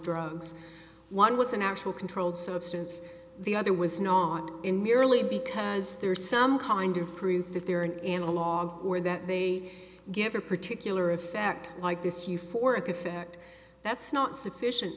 drugs one was an actual controlled substance the other was not in merely because there's some kind of proof that they're an analogue or that they give a particular effect like this euphoric effect that's not sufficient